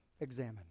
examine